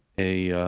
a